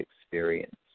experience